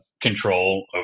control